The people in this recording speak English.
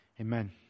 amen